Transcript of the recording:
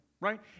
right